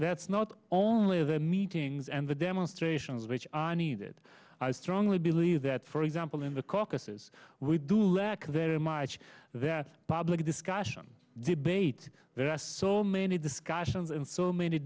that's not only as a meetings and the demonstrations which are needed i strongly believe that for example in the caucuses we do let very much that public discussion debate there are so many discussions and so many